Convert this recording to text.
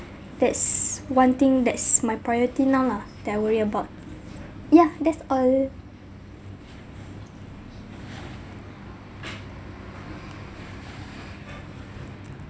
that's one thing that's my priority now lah that I worry about yeah that's all